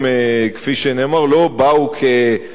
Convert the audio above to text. כפי שנאמר, לא באו כיוזמה